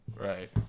right